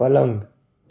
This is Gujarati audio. પલંગ